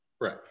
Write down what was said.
right